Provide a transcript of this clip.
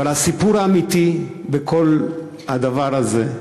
אבל הסיפור האמיתי בכל הדבר הזה,